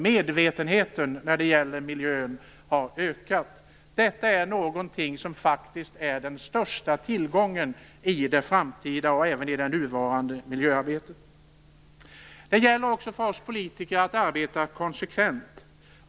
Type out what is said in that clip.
Medvetenheten när det gäller miljön har ökat. Detta är den största tillgången i det framtida, och även i det nuvarande, miljöarbetet. Det gäller också för oss politiker att arbeta konsekvent.